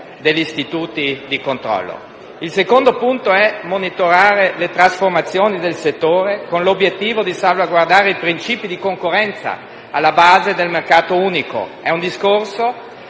Il secondo punto è monitorare le trasformazioni del settore, con l'obiettivo di salvaguardare i principi di concorrenza alla base del mercato unico.